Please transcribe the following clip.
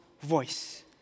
voice